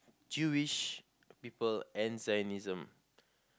Jewish people and Zionism